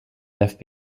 left